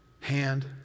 hand